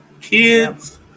Kids